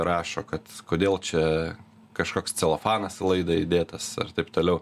rašo kad kodėl čia kažkoks celofanas į laida įdėtas ar taip toliau